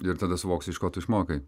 ir tada suvoksi iš ko tu išmokai